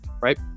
right